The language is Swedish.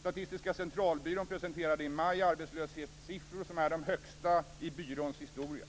Statistiska centralbyrån presenterade i maj arbetslöshetssiffror som är de högsta i byråns historia.